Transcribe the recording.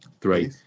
Three